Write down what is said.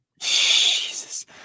Jesus